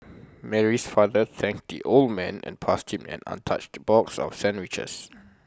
Mary's father thanked the old man and passed him an untouched box of sandwiches